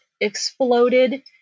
exploded